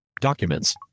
Documents